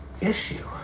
issue